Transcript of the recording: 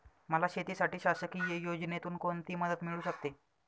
मला शेतीसाठी शासकीय योजनेतून कोणतीमदत मिळू शकते?